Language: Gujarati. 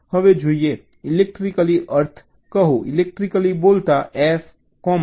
હવે જોઈએ ઈલેક્ટ્રિકલી અર્થ કહો ઈલેક્ટ્રિકલી બોલતા F F1 F2 સરખા છે